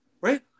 right